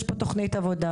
יש פה תכנית עבודה,